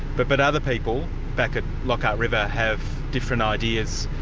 but but other people back at lockhart river have different ideas.